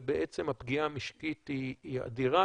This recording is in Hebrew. ובעצם הפגיעה המשקית היא אדירה,